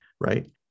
right